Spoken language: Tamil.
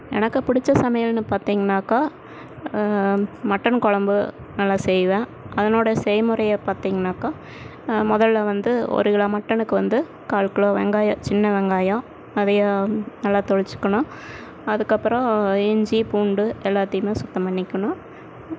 எனக்கு பிடித்த சமையல்னு பார்த்தீங்கன்னாக்கா மட்டன் கொழம்பு நல்லா செய்வேன் அதனோடைய செய்முறை பார்த்தீங்கன்னாக்கா முதல்ல வந்து ஒரு கிலோ மட்டனுக்கு வந்து கால் கிலோ வெங்காயம் சின்ன வெங்காயம் நிறையா நல்லா தொலுச்சிக்கணும் அதுக்கப்புறம் இஞ்சி பூண்டு எல்லாத்தையுமே சுத்தம் பண்ணிக்கணும்